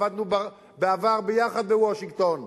עבדנו בעבר יחד בוושינגטון.